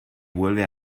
vuelve